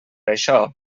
això